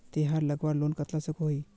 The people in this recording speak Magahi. तेहार लगवार लोन कतला कसोही?